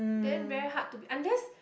then very hard to be unless